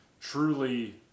truly